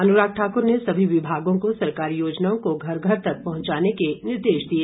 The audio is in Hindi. अनुराग ठाकुर ने सभी विभागों को सरकारी योजनाओं को घर घर तक पहुंचाने के निर्देश दिए